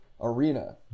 Arena